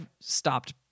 stopped